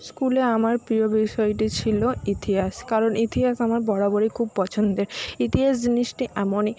স্কুলে আমার প্রিয় বিষয়টি ছিল ইতিহাস কারণ ইতিহাস আমার বরাবরই খুব পছন্দের ইতিহাসটা জিনিসটি এমনই